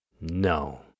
No